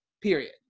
period